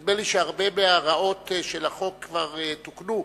נדמה לי שהרבה מהרעות של החוק כבר תוקנו,